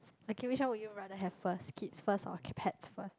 okay which one would you rather have first kids first or pets first